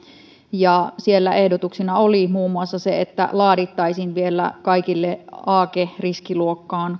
ja siellä ehdotuksena oli muun muassa se että laadittaisiin vielä kaikille aake riskiluokkiin